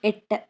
എട്ട്